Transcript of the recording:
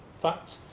fact